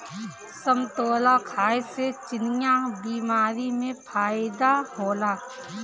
समतोला खाए से चिनिया बीमारी में फायेदा होला